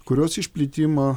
kurios išplitimą